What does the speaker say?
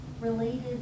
related